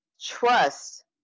trust